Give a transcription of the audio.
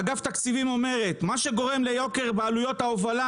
מאגף תקציבים אומרת: מה שגורם ליוקר בעלויות ההובלה